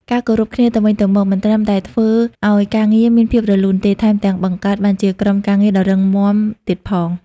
ការគោរពគ្នាទៅវិញទៅមកមិនត្រឹមតែធ្វើឲ្យការងារមានភាពរលូនទេ ថែមទាំងបង្កើតបានជាក្រុមការងារដ៏រឹងមាំទៀតផង។